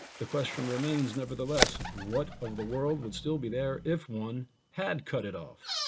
the question remains nevertheless, what of the world would still be there if one had cut it off?